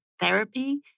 therapy